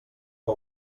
que